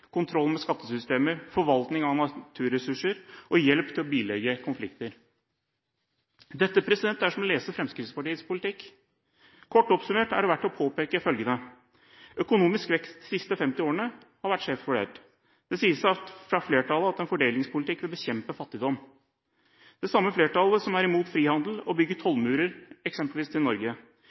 kontroll med skattesystemer, forvaltning av naturressurser og hjelp til å bilegge konflikter. Dette er som å lese Fremskrittspartiets politikk. Kort oppsummert er det verdt å påpeke følgende: Økonomisk vekst har de siste 50 årene vært skjevt fordelt. Det sies fra flertallet at en fordelingspolitikk vil bekjempe fattigdom, og dette sies fra det samme flertallet som er imot frihandel, og som bygger tollmurer – eksempelvis til Norge